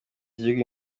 igihugu